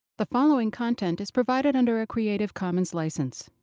the following content is provided under a creative commons license.